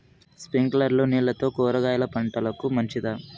స్ప్రింక్లర్లు నీళ్లతో కూరగాయల పంటకు మంచిదా?